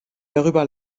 darüber